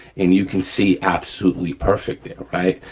and you can see absolutely perfect there, right.